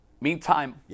Meantime